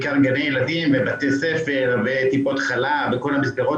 בעיקר גני ילדים ובתי ספר וטיפות חלב וכל המסגרות